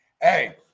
Hey